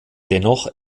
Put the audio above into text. dennoch